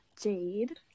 Jade